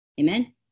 Amen